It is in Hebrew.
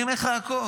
אני אומר לך הכול.